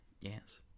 Yes